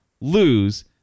lose